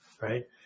right